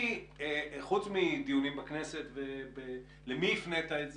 חוץ מדיונים בכנסת, למי הפנית את זה?